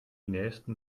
nächsten